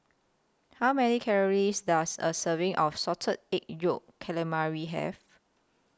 How Many Calories Does A Serving of Salted Egg Yolk Calamari Have